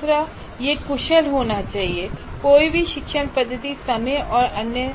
दूसरा है यह कुशल होना चाहिए कोई भी शिक्षण पद्धति समय और अन्य